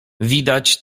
widać